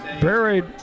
buried